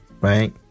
right